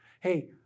Hey